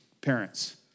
parents